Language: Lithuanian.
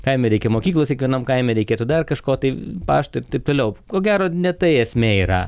kaime reikia mokyklos kiekvienam kaime reikėtų dar kažko tai pašto ir taip toliau ko gero ne tai esmė yra